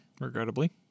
Regrettably